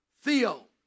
Theo